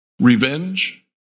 Revenge